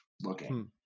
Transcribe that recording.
looking